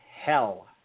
hell